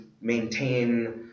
maintain